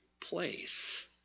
place